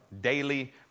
daily